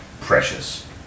precious